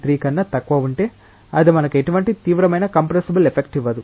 3 కన్నా తక్కువ ఉంటే అది మనకు ఎటువంటి తీవ్రమైన కంప్రెస్సబుల్ ఎఫెక్ట్ ఇవ్వదు